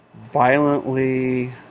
violently